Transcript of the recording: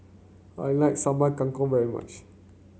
I like Sambal Kangkong very much